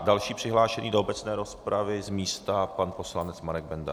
Další přihlášený do obecné rozpravy z místa pan poslanec Marek Benda.